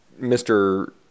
Mr